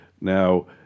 Now